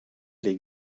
les